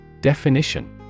Definition